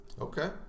Okay